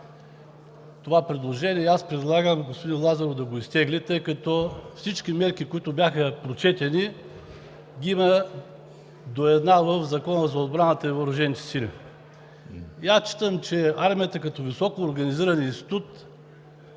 това предложение и аз предлагам господин Лазаров да го изтегли, тъй като всички мерки, които бяха прочетени, ги има до една в Закона за отбраната и въоръжените сили. Считам, че армията като високоорганизиран институт